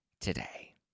today